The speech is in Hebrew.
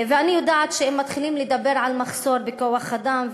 ואני יודעת שאם מתחילים לדבר על מחסור בכוח-אדם,